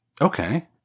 Okay